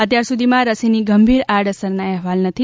અત્યાર સુધીમાં રસીની ગંભીર આડઅસરના અહેવાલ નથી